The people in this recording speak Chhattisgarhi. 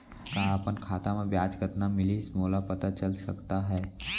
का अपन खाता म ब्याज कतना मिलिस मोला पता चल सकता है?